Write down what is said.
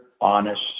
honest